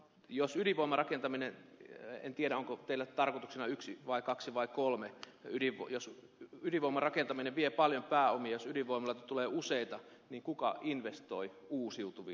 jos ydinvoiman rakentaminen en tiedä onko teillä tarkoituksena yksi vai kaksi vai kolme jos ydinvoiman rakentaminen vie paljon pääomia jos ydinvoimaloita tulee useita niin kuka investoi uusiutuviin